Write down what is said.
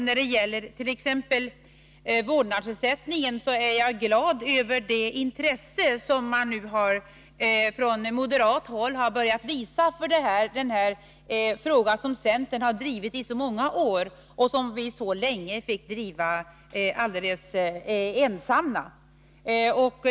När det gäller t.ex. vårdnadsersättningen är jag glad över det intresse som man nu från moderat håll har börjat visa för den frågan, en fråga som centerpartiet har drivit i många år och länge fått driva alldeles ensamma.